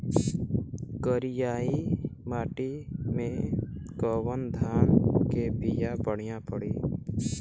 करियाई माटी मे कवन धान के बिया बढ़ियां पड़ी?